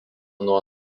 nuo